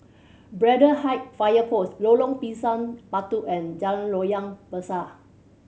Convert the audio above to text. Braddell Height Fire Post Lorong Pisang Batu and Jalan Loyang Besar